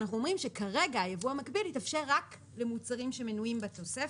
אנחנו אומרים שכרגע היבוא המקביל יתאפשר רק למוצרים שמנויים בתוספת,